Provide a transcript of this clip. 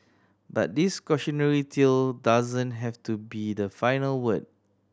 but this cautionary tale doesn't have to be the final word